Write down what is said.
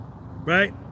right